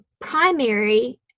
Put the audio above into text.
primary